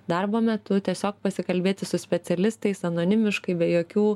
darbo metu tiesiog pasikalbėti su specialistais anonimiškai be jokių